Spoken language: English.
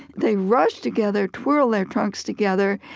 they rush together, twirl their trunks together,